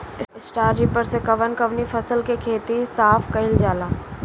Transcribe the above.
Straw reaper से कवन कवनी फसल के खेत साफ कयील जाला?